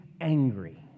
angry